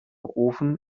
ofen